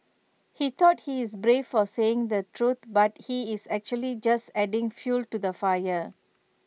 he thought he's brave for saying the truth but he's actually just adding fuel to the fire